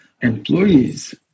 employees